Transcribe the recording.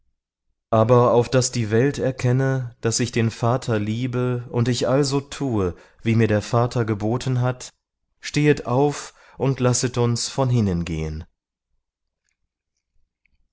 aber auf daß die welt erkenne daß ich den vater liebe und ich also tue wie mir der vater geboten hat stehet auf und lasset uns von hinnen gehen